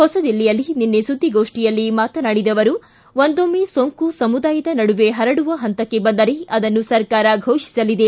ಹೊಸದಿಲ್ಲಿಯಲ್ಲಿ ನಿನ್ನೆ ಸುದ್ದಿಗೋಷ್ಠಿಯಲ್ಲಿ ಮಾತನಾಡಿದ ಅವರು ಒಂದೊಮ್ತೆ ಸೋಂಕು ಸಮುದಾಯದ ನಡುವೆ ಪರಡುವ ಪಂತಕ್ಕೆ ಬಂದರೆ ಅದನ್ನು ಸರ್ಕಾರ ಘೋಷಿಸಲಿದೆ